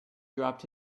dropped